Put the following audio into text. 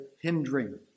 hindering